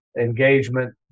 engagement